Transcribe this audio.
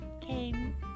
came